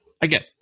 again